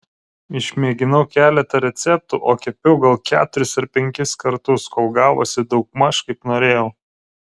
išmėginau keletą receptų o kepiau gal keturis ar penkis kartus kol gavosi daugmaž kaip norėjau